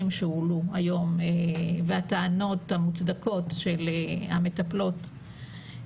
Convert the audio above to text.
שהועלו היום והטענות המוצדקות של המטפלות.